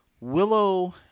Willow